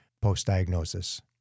post-diagnosis